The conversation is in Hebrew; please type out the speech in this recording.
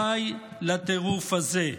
די לטירוף הזה.